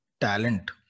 talent